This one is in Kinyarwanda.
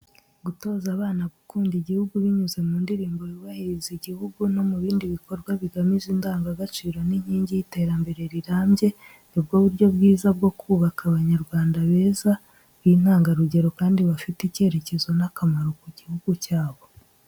Gutoza abana gukunda igihugu binyuze mu ndirimbo yubahiriza igihugu no mu bindi bikorwa bigamije indangagaciro ni inkingi y’iterambere rirambye. Ni bwo buryo bwiza bwo kubaka Abanyarwanda beza, b’intangarugero kandi bafite icyerekezo n'akamaro ku gihugu cyabo.